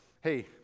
hey